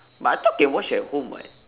but I thought can watch at home [what]